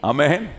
Amen